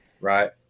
Right